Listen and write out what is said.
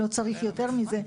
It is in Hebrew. לא צריך יותר מזה,